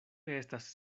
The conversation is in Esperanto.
estas